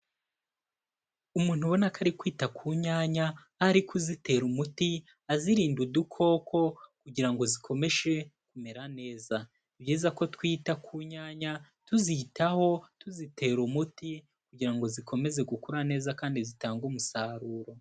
Umuntu ubona ko ari kwita ku nyanya, aho ari kuzitera umuti azirinda udukoko, kugira ngo zikomeshe kumera neza, ni byiza ko twita ku nyanya tuzitaho, tuzitera, umuti kugira ngo zikomeze gukora neza kandi zitange umusaruro.